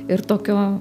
ir tokio